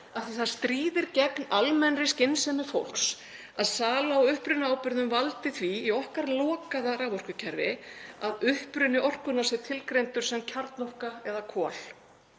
það stríðir gegn almennri skynsemi fólks að sala á upprunaábyrgðum valdi því í okkar lokaða raforkukerfi að uppruni orkunnar sé tilgreindur sem kjarnorka eða kol.